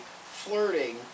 flirting